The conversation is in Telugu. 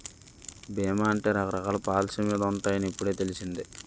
బీమా అంటే రకరకాల పాలసీ మీద ఉంటాయని ఇప్పుడే తెలిసింది